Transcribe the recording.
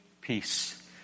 peace